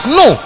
no